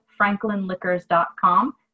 franklinliquors.com